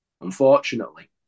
Unfortunately